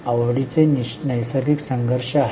आवडीचे नैसर्गिक संघर्ष आहेत